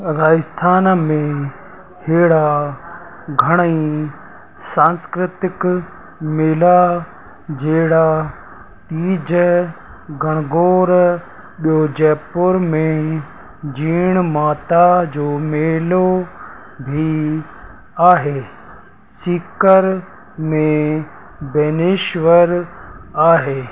राजस्थान में हेणा घणेई सांस्कृतिक मेला जहिड़ा तीज गणगोर ॿियों जयपुर में जीण माता जो मेलो बि आहे सीकर में बेनेश्वर आहे